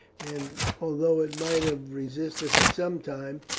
and although it might have resisted for some time,